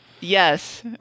Yes